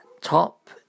Top